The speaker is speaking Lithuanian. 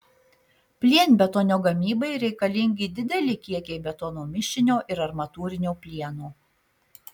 plienbetonio gamybai reikalingi dideli kiekiai betono mišinio ir armatūrinio plieno